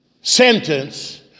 sentence